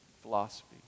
philosophy